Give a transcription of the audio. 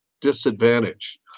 disadvantage